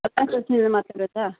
ಮಾತಾಡೋದ